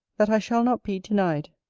that i shall not be denied,